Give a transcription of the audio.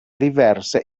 diverse